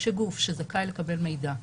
שגוף שזכאי לקבל מידע,